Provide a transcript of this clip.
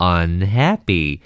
unhappy